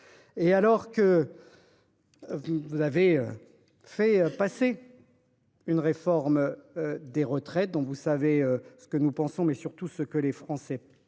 ! Alors que vous avez fait passer une réforme des retraites- vous savez ce que nous en pensons et, surtout, ce que les Français en pensent